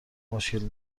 مشکلی